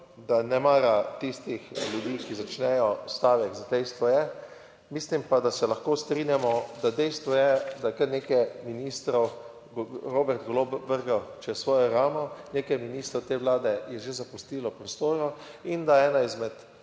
da ne mara tistih ljudi, ki začnejo stavek z dejstvo je, mislim pa, da se lahko strinjamo, da dejstvo je, da je kar nekaj ministrov Robert Golob vrgel čez svojo ramo. Nekaj ministrov te vlade je že zapustilo v prostoru, in da je ena izmed